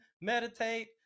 meditate